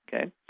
okay